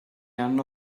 hanno